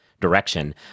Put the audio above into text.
direction